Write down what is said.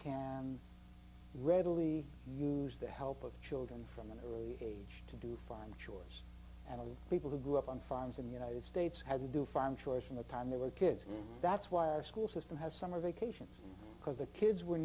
can readily use the help of children from an early age to do fine chores and of people who grew up on farms in the united states had to do farm chores from the time they were kids and that's why our school system has summer vacations because the kids were